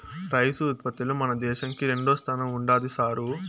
rice ఉత్పత్తిలో మన దేశంకి రెండోస్థానం ఉండాది సారూ